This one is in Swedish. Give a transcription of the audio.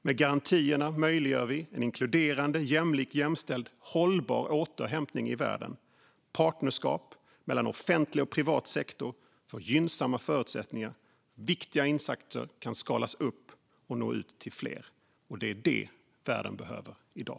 Med garantierna möjliggör vi en inkluderande, jämlik, jämställd och hållbar återhämtning i världen, partnerskap mellan offentlig och privat sektor för gynnsamma förutsättningar och viktiga insatser som kan skalas upp och nå ut till fler. Det är vad världen behöver i dag.